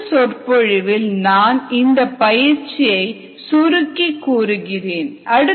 அடுத்து சொற்பொழிவில் நான் இந்த பயிற்சியை சுருக்கி கூறுகிறேன்